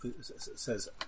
says